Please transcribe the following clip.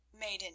maiden